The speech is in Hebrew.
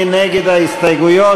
מי נגד ההסתייגויות?